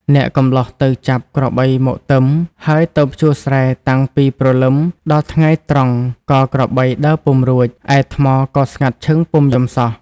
អ្នកកម្លោះទៅចាប់ក្របីមកទឹម ហើយទៅភ្ជួរស្រែតាំងពីព្រលឹមដល់ថ្ងៃត្រង់ក៏ក្របីដើរពុំរួច ឯថ្មក៏ស្ងាត់ឈឹងពុំយំសោះ។